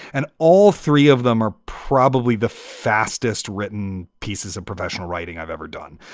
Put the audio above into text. and all three of them are probably the fastest written pieces of professional writing i've ever done.